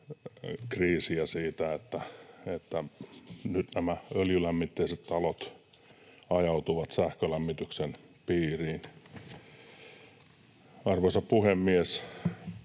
kriisiä siitä, että nyt nämä öljylämmitteiset talot ajautuvat sähkölämmityksen piiriin. Arvoisa puhemies!